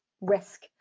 risk